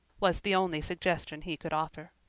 was the only suggestion he could offer.